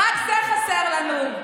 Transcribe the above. רק זה חסר לנו.